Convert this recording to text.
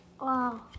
Wow